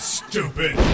stupid